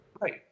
Right